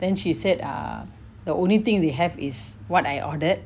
then she said err the only thing we have is what I ordered